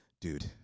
dude